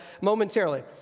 momentarily